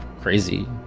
crazy